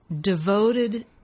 devoted